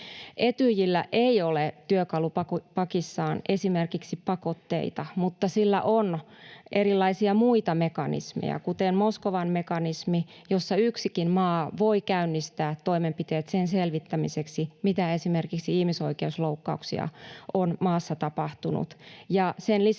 Etyjillä ei ole työkalupakissaan esimerkiksi pakotteita, mutta sillä on erilaisia muita mekanismeja, kuten Moskovan mekanismi, jossa yksikin maa voi käynnistää toimenpiteet esimerkiksi sen selvittämiseksi, mitä ihmisoikeusloukkauksia on maassa tapahtunut. Sen lisäksi